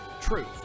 truth